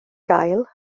gael